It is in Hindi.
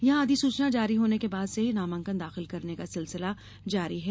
यहां अधिसूचना जारी होने के बाद से ही नामांकन दाखिल करने का सिलसिला जारी है